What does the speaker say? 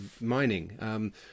mining